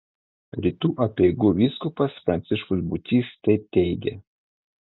rytų apeigų vyskupas pranciškus būčys taip teigė